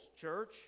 church